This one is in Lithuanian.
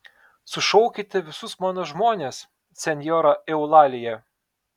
sušaukite visus mano žmones senjora eulalija